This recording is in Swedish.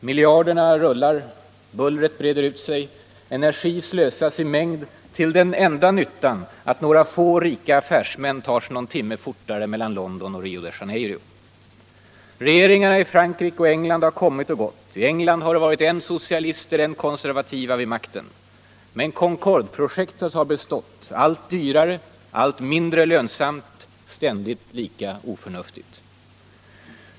Miljarderna rullar, bullret breder ut sig, energi slösas i mängd -— till den enda nyttan att några få rika affärsmän tar sig någon timme fortare mellan London och Rio de Janeiro. Regeringarna i Frankrike och England har kommit och gått. I England har det varit än socialister, än konservativa vid makten. Men Concordeprojektet har bestått: allt dyrare, allt mindre lönsamt, ständigt lika oförnuftigt.